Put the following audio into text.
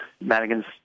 Madigan's